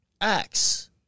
acts